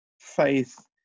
faith